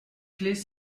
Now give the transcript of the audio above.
clés